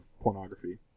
pornography